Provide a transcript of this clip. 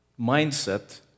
mindset